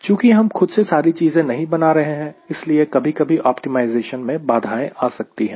चुंकी हम खुद से सारी चीजें नहीं बना रहे हैं इसलिए कभी कभी ऑप्टिमाइजेशन में बाधाएं आ सकती है